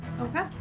Okay